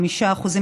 בוועדה,